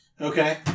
Okay